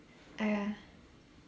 !aiya!